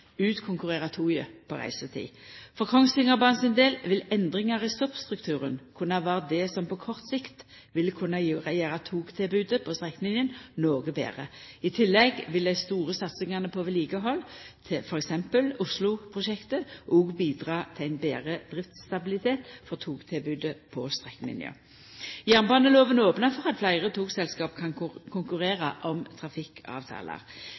utkonkurrerer toget på reisetid. For Kongsvingerbanen sin del vil endringar i stoppstrukturen kunna vera det som på kort sikt vil kunna gjera togtilbodet på strekninga noko betre. I tillegg vil dei store satsingane på vedlikehald, f.eks. Osloprosjektet, òg bidra til ein betre driftsstabilitet for togtilbodet på strekninga. Jernbanelova opnar for at fleire togselskap kan konkurrera om trafikkavtalar.